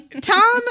Tom